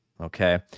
Okay